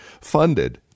funded